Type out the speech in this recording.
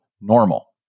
normal